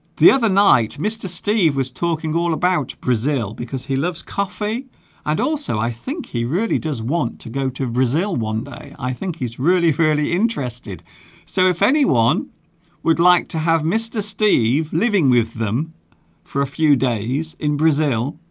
the other night mr. steve was talking all about brazil because he loves coffee and also i think he really does want to go to brazil one day i think he's really fairly interested so if anyone would like to have mr. steve living with them for a few days in brazil